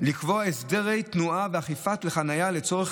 לקבוע הסדרי תנועה ואכיפה לחניה לצורך